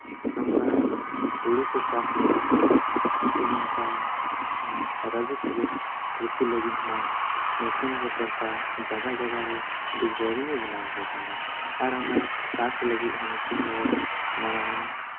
ᱱᱚᱝᱠᱟ ᱦᱳᱲᱳ ᱠᱚ ᱪᱟᱥ ᱞᱟᱹᱜᱤᱫ ᱦᱚᱸ ᱥᱮ ᱱᱚᱝᱠᱟᱱ ᱨᱚᱵᱤ ᱠᱨᱤᱥᱤ ᱞᱟᱹᱜᱤᱫ ᱦᱚᱸ ᱱᱤᱛᱚᱝ ᱫᱚ ᱥᱚᱨᱠᱟᱨ ᱡᱟᱭᱜᱟ ᱡᱟᱭᱜᱟ ᱨᱮ ᱵᱤᱜᱽ ᱵᱳᱨᱤᱝ ᱮ ᱵᱮᱱᱟᱣ ᱠᱚ ᱠᱟᱱᱟ ᱟᱨ ᱚᱱᱟ ᱪᱟᱥ ᱞᱟᱹᱜᱤᱫ ᱦᱚᱸ ᱱᱤᱛᱚᱝ ᱫᱚ ᱢᱟᱲᱟᱝ